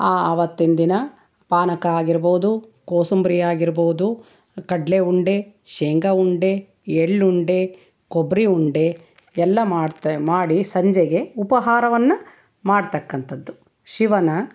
ಅವತ್ತಿನ ದಿನ ಪಾನಕ ಆಗಿರ್ಬೋದು ಕೋಸಂಬ್ರಿ ಆಗಿರ್ಬೋದು ಕಡಲೆ ಉಂಡೆ ಶೇಂಗಾ ಉಂಡೆ ಎಳ್ಳುಂಡೆ ಕೊಬ್ಬರಿ ಉಂಡೆ ಎಲ್ಲ ಮಾಡತ್ತೆ ಮಾಡಿ ಸಂಜೆಗೆ ಉಪಹಾರವನ್ನು ಮಾಡತಕ್ಕಂಥದ್ದು ಶಿವನ